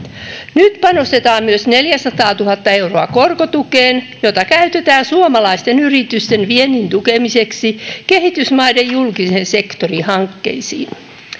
nyt panostetaan myös neljäsataatuhatta euroa korkotukeen jota käytetään suomalaisten yritysten viennin tukemiseksi kehitysmaiden julkisen sektorin hankkeisiin